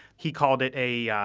he called it a. yeah